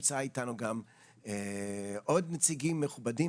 נמצאים איתנו עוד נציגים מכובדים,